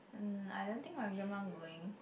uh I don't think my grandma going